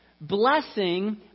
blessing